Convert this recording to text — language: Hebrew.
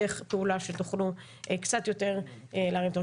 דרך פעולה שתוכלו קצת יותר להרים את הראש.